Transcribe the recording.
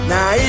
Now